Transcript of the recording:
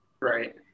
Right